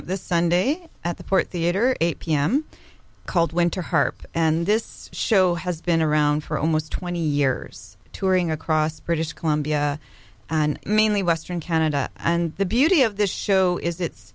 up this sunday at the port theatre eight pm called winter harp and this show has been around for almost twenty years touring across british columbia and mainly western canada and the beauty of this show is it's